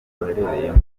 ruherereyemo